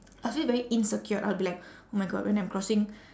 I feel very insecure I'll be like oh my god when I'm crossing